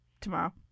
Tomorrow